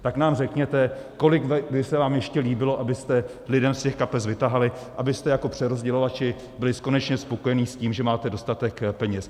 Tak nám řekněte, kolik by se vám ještě líbilo, abyste lidem z těch kapes vytahali, abyste jako přerozdělovači byli konečně spokojeni s tím, že máte dostatek peněz.